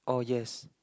oh yes